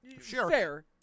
Sure